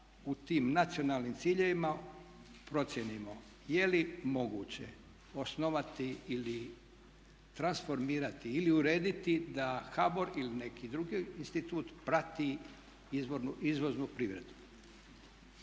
u tim nacionalnim ciljevima procijenimo je li moguće osnovati ili transformirati ili urediti da HBOR ili neki drugi institut prati izvoznu privredu.